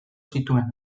zituen